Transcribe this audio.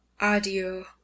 Adieu